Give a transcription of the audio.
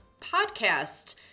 podcast